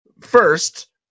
first